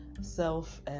self